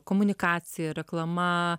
komunikacija reklama